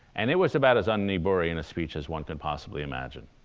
and it was about as un-niebuhrian a speech as one could possibly imagine.